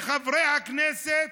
לחברי הכנסת,